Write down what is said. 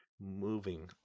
Moving